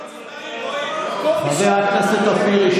רואים את התוצאות, 1,300 נפטרים.